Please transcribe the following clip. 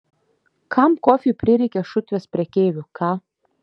kam kofiui prireikė šutvės prekeivių ką